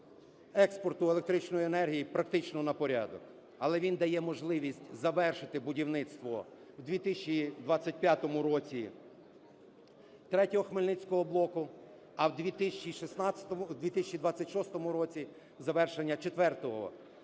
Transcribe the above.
експорту електричної енергії практично на порядок, але він дає можливість завершити будівництво в 2025 році третього хмельницького блоку, а в 2026 році завершення